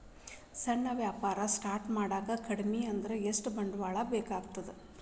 ಸಣ್ಣ ವ್ಯಾಪಾರ ಸ್ಟಾರ್ಟ್ ಮಾಡಾಕ ಕಮ್ಮಿ ಅಂದ್ರು ಎಷ್ಟ ಬಂಡವಾಳ ಬೇಕಾಗತ್ತಾ